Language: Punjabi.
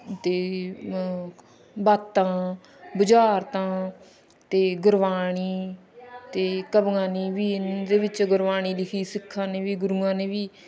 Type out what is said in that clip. ਅਤੇ ਬਾਤਾਂ ਬੁਝਾਰਤਾਂ ਅਤੇ ਗੁਰਬਾਣੀ ਅਤੇ ਕਵਗਾਨੀ ਵੀ ਇਹਦੇ ਵਿੱਚ ਗੁਰਬਾਣੀ ਲਿਖੀ ਸਿੱਖਾਂ ਨੇ ਵੀ ਗੁਰੂਆਂ ਨੇ ਵੀ